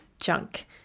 junk